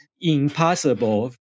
impossible